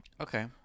Okay